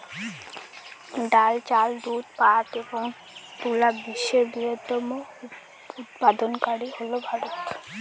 ডাল, চাল, দুধ, পাট এবং তুলা বিশ্বের বৃহত্তম উৎপাদনকারী হল ভারত